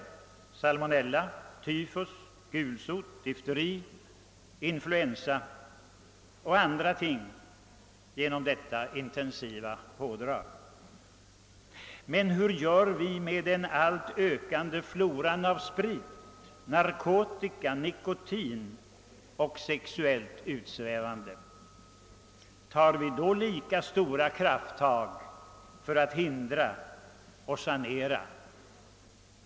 Det kan vara salmonella, tyfus, gulsot, difteri, influensa eller andra ting. Men hur gör vi med det alltmer ökande missbruket av sprit, narkotika och nikotin, och vad gör vi åt det sexuella utsvävandet? Tar vi härvidlag lika stora krafttag för att hindra och sanera?